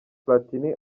platini